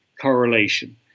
correlation